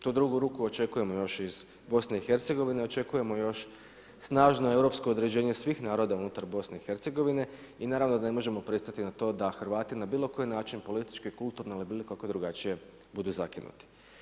Tu drugu ruku očekujemo još iz BiH-a, očekujemo još snažno europsko određenje svih naroda unutar BiH-a i naravno da ne možemo pristati na to da Hrvati na bilokoji način politički, kulturno ili bilo kako drugačije budu zakinuti.